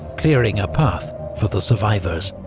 clearing a path for the survivors.